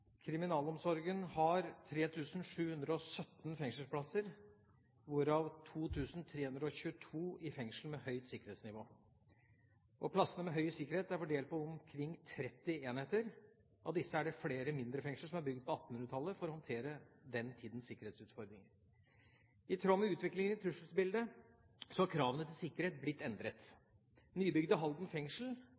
Kriminalomsorgen har 3 717 fengselsplasser, hvorav 2 322 i fengsel med høyt sikkerhetsnivå. Plassene med høy sikkerhet er fordelt på omkring 30 enheter. Av disse er det flere mindre fengsler som er bygd på 1800-tallet. Disse er bygd for å håndtere den tidas sikkerhetsutfordringer. I tråd med utviklingen i trusselbildet har kravene til sikkerhet blitt endret. Nybygde Halden fengsel